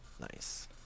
Nice